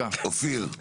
אופיר,